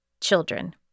children